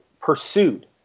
pursued